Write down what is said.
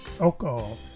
alcohol